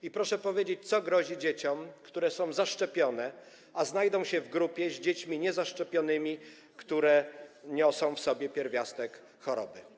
I proszę powiedzieć, co grozi dzieciom, które są zaszczepione, a znajdą się w grupie z dziećmi niezaszczepionymi, które niosą w sobie pierwiastek choroby.